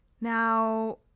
Now